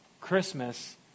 Christmas